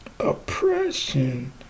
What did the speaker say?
Oppression